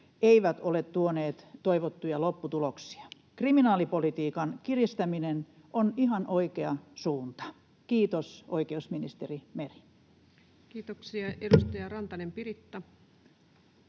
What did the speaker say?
eivät ole tuoneet toivottuja lopputuloksia. Kriminaalipolitiikan kiristäminen on ihan oikea suunta. Kiitos, oikeusministeri Meri. Kiitoksia. — Edustaja Rantanen, Piritta.